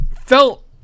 felt